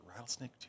Rattlesnake